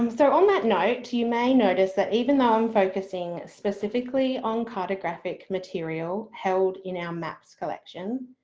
um so on that note you may notice that even though i'm focusing specifically on cartographic material held in our maps collection,